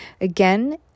Again